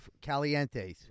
Calientes